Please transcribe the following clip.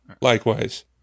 Likewise